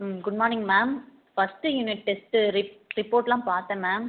ம் good morning ma'am first unit test ரிப் ரிப்போர்ட்லாம் பார்த்தேன் மேம்